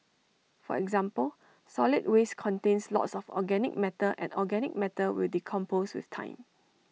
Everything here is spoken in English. for example solid waste contains lots of organic matter and organic matter will decompose with time